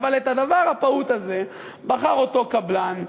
אבל את הדבר הפעוט הזה בחר אותו קבלן,